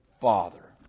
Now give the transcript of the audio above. father